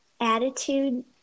attitude